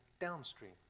downstream